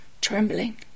trembling